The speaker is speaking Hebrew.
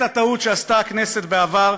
את הטעות שעשתה הכנסת בעבר,